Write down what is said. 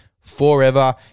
forever